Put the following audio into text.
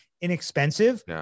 inexpensive